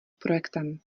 projektem